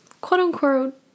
quote-unquote